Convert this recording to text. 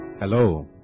Hello